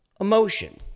emotion